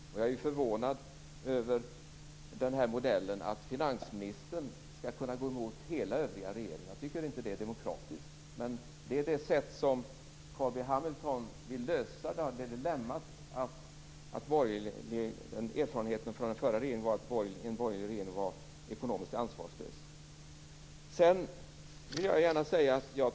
Och jag är förvånad över modellen att finansministern skall kunna gå emot hela den övriga regeringen. Jag tycker inte att det är demokratiskt. Men det är det sätt som Carl B Hamilton vill lösa dilemmat med erfarenheten från den förra regeringen, att en borgerlig regering var ekonomiskt ansvarslös.